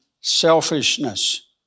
selfishness